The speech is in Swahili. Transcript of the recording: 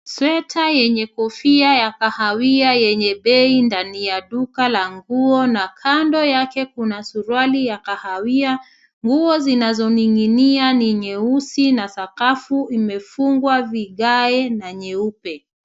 Sweta yenye kofia ya kahawia yenye kofia yenye bei ndani ya duka la nguo na kando yake kuna suruali ya kahawia. Nguo zinazoninginia ni nyeusi, na sakafu imefungwa vigae na nyeupe.